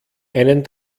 einen